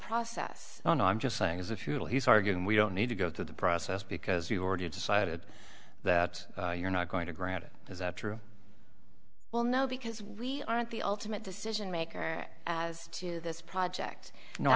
process and i'm just saying as a futile he's arguing we don't need to go through the process because you've already decided that you're not going to grant it is that true well no because we aren't the ultimate decision maker as to this project no i